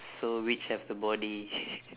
so which have the body